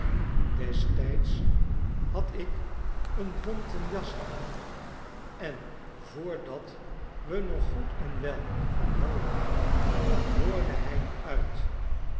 destijds had ik een bonten jas aan envoordat we nog goed en wel van wal waren hoorde hij me uit